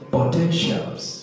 Potentials